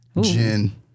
Gin